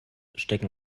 stecken